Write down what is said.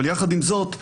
אבל יחד עם זאת,